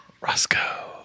Roscoe